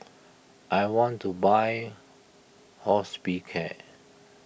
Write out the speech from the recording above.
I want to buy Hospicare